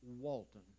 Walton